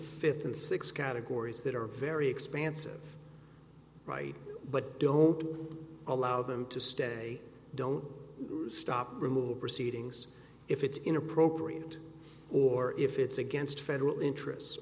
in six categories that are very expansive right but don't allow them to stay don't stop removal proceedings if it's inappropriate or if it's against federal interests